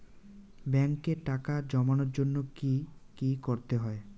ব্যাংকে টাকা জমানোর জন্য কি কি করতে হয়?